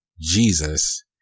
jesus